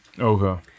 okay